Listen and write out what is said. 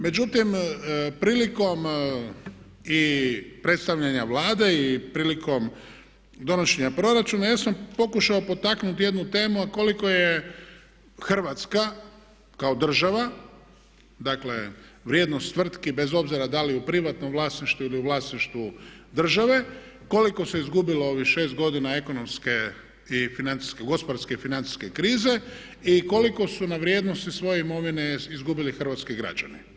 Međutim, prilikom i predstavljanja Vlade i prilikom donošenja proračuna ja sam pokušao potaknuti jednu temu, koliko je Hrvatska kao država, dakle vrijednost tvrtki bez obzira da li u privatnom vlasništvu ili u vlasništvu države, koliko se izgubilo u ovih 6 godina ekonomske i financijske krize i koliko su na vrijednosti svoje imovine izgubili hrvatski građani.